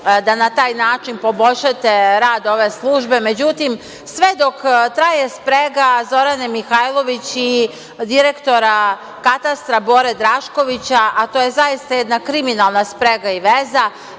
da na taj način poboljšate rad ove službe.Međutim, sve dok traje sprega Zorane Mihajlović i direktora katastra Bore Draškovića, a to je zaista jedna kriminalna sprega i veza.